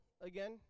again